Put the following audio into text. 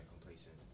complacent